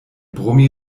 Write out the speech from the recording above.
brummi